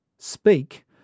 speak